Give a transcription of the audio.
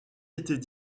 étaient